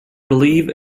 believe